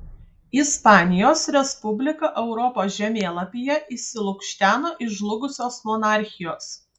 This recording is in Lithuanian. ispanijos respublika europos žemėlapyje išsilukšteno iš žlugusios monarchijos